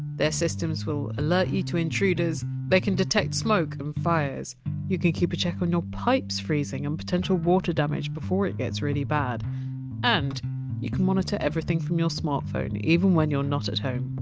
their systems will alert you to intruders they can detect smoke and fires you can keep a check on your pipes freezing and potential water damage before it gets really bad and you can monitor everything from your smartphone even when you! re not at home.